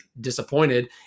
disappointed